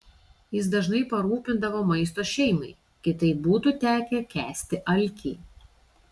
jis dažnai parūpindavo maisto šeimai kitaip būtų tekę kęsti alkį